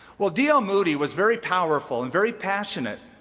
well, d. l. moody was very powerful and very passionate,